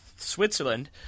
Switzerland